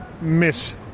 Miss